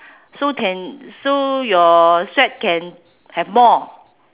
so can so your sweat can have more